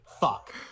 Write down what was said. fuck